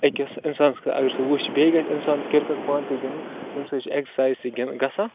أکِس اِنسانَس خٲطرٕ اگر سُہ وٕچھِ بیٚیہِ گژھِ اِنسان کِرکَٹ پانہٕ تہِ گِنٛدُن تَمہِ سۭتۍ چھِ اٮ۪کزَسایز تہِ گژھان